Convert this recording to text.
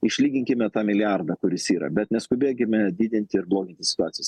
išlyginkime tą milijardą kuris yra bet neskubėkime didinti ir bloginti situacijos visi